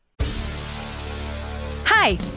Hi